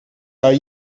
are